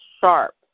sharp